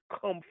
come